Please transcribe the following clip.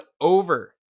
over